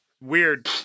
weird